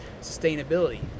sustainability